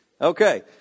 Okay